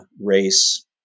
race